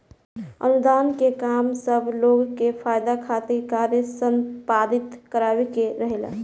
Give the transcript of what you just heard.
अनुदान के काम सब लोग के फायदा खातिर कार्य संपादित करावे के रहेला